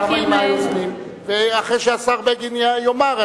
אחרי שהשר בגין יאמר,